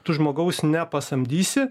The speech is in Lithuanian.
tu žmogaus nepasamdysi